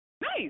Nice